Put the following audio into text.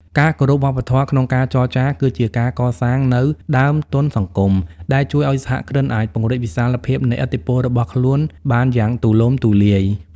ការគោរពវប្បធម៌ក្នុងការចរចា គឺជាការកសាងនូវ "ដើមទុនសង្គម" ដែលជួយឱ្យសហគ្រិនអាចពង្រីកវិសាលភាពនៃឥទ្ធិពលរបស់ខ្លួនបានយ៉ាងទូលំទូលាយ។